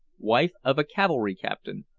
wife of a cavalry captain,